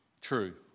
true